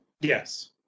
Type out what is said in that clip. Yes